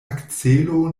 akcelo